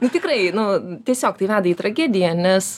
nu tikrai nu tiesiog tai veda į tragediją nes